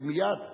ומייד,